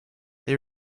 they